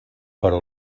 però